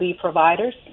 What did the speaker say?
providers